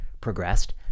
progressed